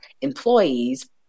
employees